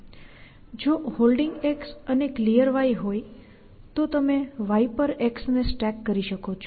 જો Holding અને Clear હોય તો તમે Y પર X ને સ્ટેક કરી શકો છો